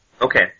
Okay